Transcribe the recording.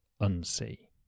unsee